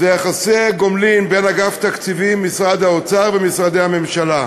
יחסי הגומלין בין אגף התקציבים במשרד האוצר ומשרדי הממשלה.